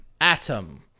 Atom